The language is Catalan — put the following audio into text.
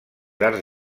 arts